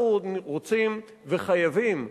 אנחנו רוצים וחייבים,